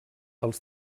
els